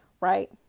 right